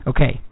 Okay